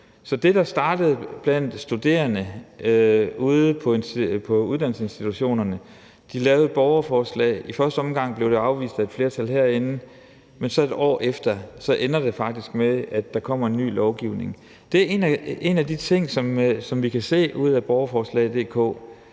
noget, der startede blandt de studerende ude på uddannelsesinstitutionerne. De lavede et borgerforslag, i første omgang blev det afvist af et flertal herinde, men så et år efter ender det faktisk med, at der kommer en ny lovgivning. Det er en af de ting, vi kan se er kommet ud af borgerforslag.dk.